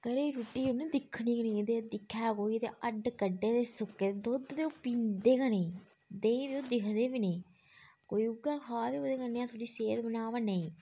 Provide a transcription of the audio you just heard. घरै दी रुट्टी उनें दिक्खनी गै नेईं ते दिक्खै कोई ते हड्ड कड्डे दे सुक्के दे दुद्ध ते ओह् पींदे गै नेईं देहीं ते ओह् दिखदे बी नेईं कोई उ'यै खा ते ओह्दे कन्नै थोह्ड़ी सेह्त बना बा नेईं